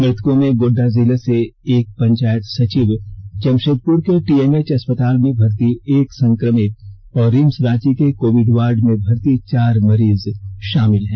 मृतकों में गोड़डा जिले से एक पंचायत सचिव जमषेदपुर के टीएमएच अस्पताल में भर्ती एक संक्रमित और रिम्स रांची के कोविड वार्ड में भर्ती चार मरीज शामिल हैं